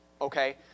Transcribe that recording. Okay